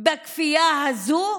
בכפייה הזו,